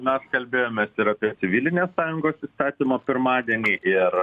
mes kalbėjomės ir apie civilinės sąjungos įstatymo pirmadienį ir